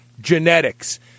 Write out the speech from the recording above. genetics